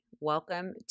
Welcome